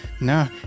No